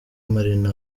marina